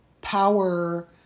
power